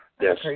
Yes